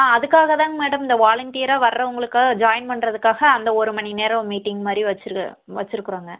ஆ அதுக்காகதாங்க மேடம் இந்த வாலண்டியராக வரவங்களுக்கு ஜாயின் பண்ணுறதுக்காக அந்த ஒருமணி நேரம் மீட்டிங் மாதிரி வச்சிரு வச்சுருக்குறோங்க